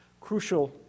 crucial